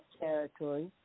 territory